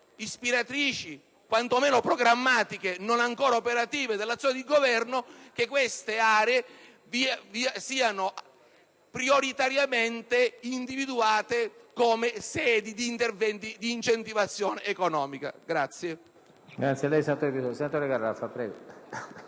ispiratrici, quantomeno programmatiche, non ancora operative, dell'azione di Governo, che queste aree siano prioritariamente individuate come sedi di interventi di incentivazione economica.